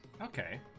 Okay